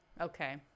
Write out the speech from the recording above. okay